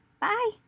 bye